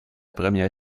première